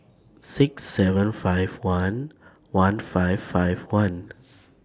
six seven five one one five five one